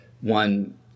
one